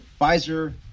Pfizer